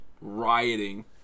rioting